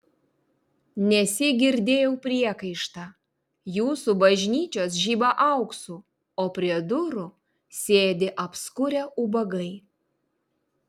nesyk girdėjau priekaištą jūsų bažnyčios žiba auksu o prie durų sėdi apskurę ubagai